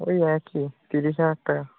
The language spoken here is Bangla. ওই একই তিরিশ হাজার টাকা